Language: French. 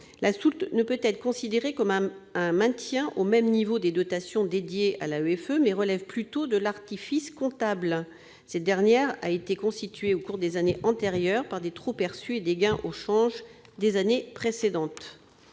soulte ne peut être considérée comme un maintien au même niveau des dotations dédiées à l'AEFE ; elle relève plutôt de l'artifice comptable. Elle a été constituée au cours des années antérieures par des trop-perçus et des gains au change des années précédentes.